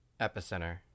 Epicenter